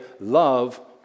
love